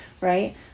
right